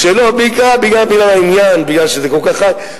בעיקר בגלל העניין, משום שזה כל כך חם.